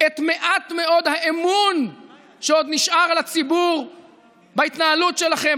את מעט מאוד האמון שעוד נשאר לציבור בהתנהלות שלכם,